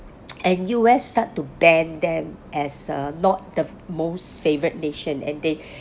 and U_S started to ban them as uh not the most favoured nation and they